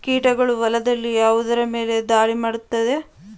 ಕೀಟಗಳು ಹೊಲದಲ್ಲಿ ಯಾವುದರ ಮೇಲೆ ಧಾಳಿ ಮಾಡುತ್ತವೆ?